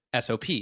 sop